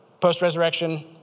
post-resurrection